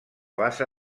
bassa